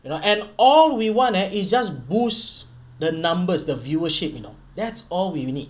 you know and all we want eh it's just boost the numbers the viewership you know that's all we need